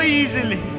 easily